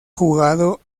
jugado